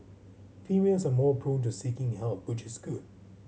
females are more prone to seeking help which is good